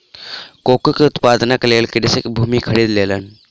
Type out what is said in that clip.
cocoa के उत्पादनक लेल कृषक भूमि खरीद लेलैन